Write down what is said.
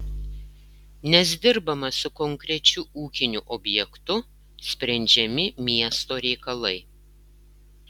nes dirbama su konkrečiu ūkiniu objektu sprendžiami miesto reikalai